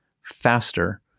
faster